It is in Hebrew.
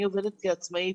אני עובדת כעצמאית